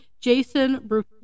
Jason